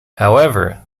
however